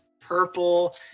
purple